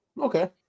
Okay